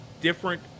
different